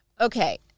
Okay